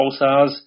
pulsars